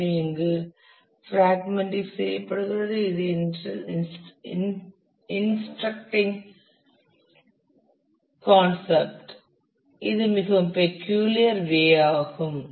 எனவே இங்கு பிராக்மெண்டிங் செய்யப்படுகிறது இது இன்ட்ரஸ்டிங் கான்செப்ட் இது மிகவும் பெக்யூலியர் வே ஆகும்